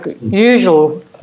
usual